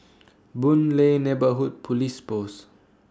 Boon Lay Neighbourhood Police Post